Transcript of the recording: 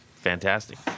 fantastic